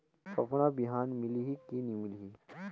फाफण बिहान मिलही की नी मिलही?